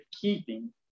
keeping